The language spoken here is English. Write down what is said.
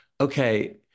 Okay